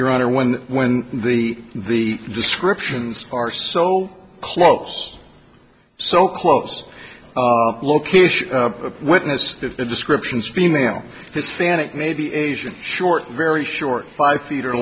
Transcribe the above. your honor when the when the the descriptions are so close so close location a witness if the descriptions female his fanuc may be asian short very short five feet or